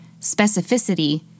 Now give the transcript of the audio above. specificity